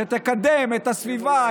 שתקדם את הסביבה,